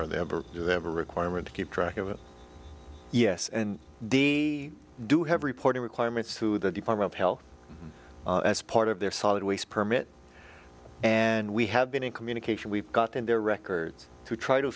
or they ever do have a requirement to keep track of it yes and they do have reporting requirements through the department of health as part of their solid waste permit and we have been in communication we've got in their records to try to